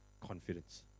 confidence